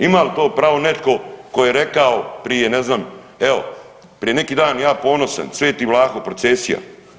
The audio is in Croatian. Ima li to pravo netko tko je rekao prije ne znam evo prije neki dan ja ponosan, sveti Vlaho, procesija.